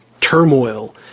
turmoil